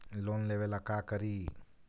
Loan लेबे ला का करि?